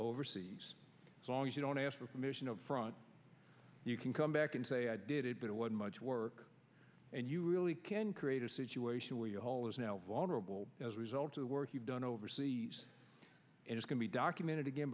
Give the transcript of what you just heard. overseas so long as you don't ask for permission of front you can come back and say i did it but it was much work and you really can create a situation where your hole is now vulnerable as a result of the work you've done overseas and it can be documented again